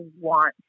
want